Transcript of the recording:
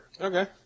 Okay